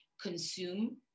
Consume